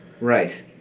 right